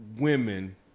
women